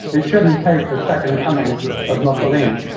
it shouldn't take the second coming of mussolini.